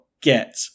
get